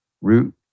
Root